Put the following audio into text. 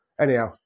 Anyhow